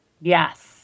Yes